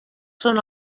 són